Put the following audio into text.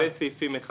לגבי סעיפים 1